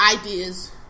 ideas